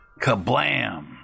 Kablam